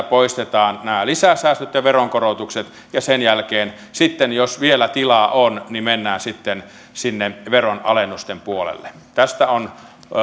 poistetaan nämä lisäsäästöt ja veronkorotukset ja sen jälkeen sitten jos vielä tilaa on mennään sinne veronalennusten puolelle tästä on